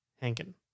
Hankin